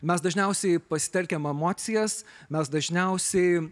mes dažniausiai pasitelkiam emocijas mes dažniausiai